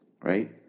right